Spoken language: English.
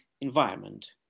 environment